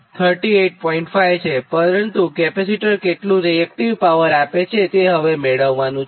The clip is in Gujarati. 5 છેપરંતુ કેપેસિટર કેટલું રીએક્ટીવ પાવર આપે છે તે પણ તમારે મેળવ્વાનું છે